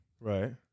Right